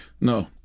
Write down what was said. no